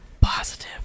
Positive